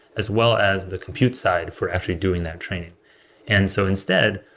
as well as the compute side for actually doing that training and so instead,